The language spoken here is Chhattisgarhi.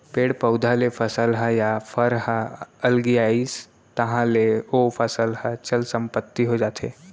पेड़ पउधा ले फसल ह या फर ह अलगियाइस तहाँ ले ओ फसल ह चल संपत्ति हो जाथे